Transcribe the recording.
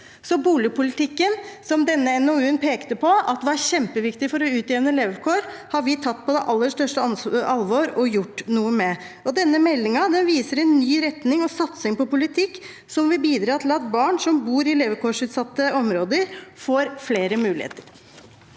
Boligpolitikken som denne NOU-en pekte på som kjempeviktig for å utjevne levekår, har vi tatt på det aller største alvor og gjort noe med. Denne meldingen viser en ny retning og en satsing på politikk som vil bidra til at barn som bor i levekårsutsatte områder, får flere muligheter.